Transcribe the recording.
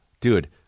Dude